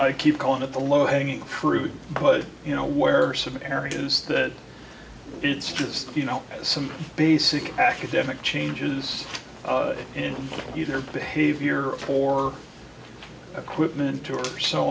i keep calling it the low hanging fruit because you know where some areas that it's just you know some basic academic changes in their behavior for equipment to are so